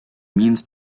means